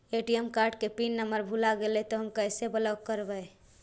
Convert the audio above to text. ATM card को pin number भुला गैले तौ हम कैसे ब्लॉक करवै?